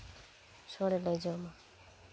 ᱥᱳᱲᱮ ᱞᱮ ᱡᱚᱢᱟ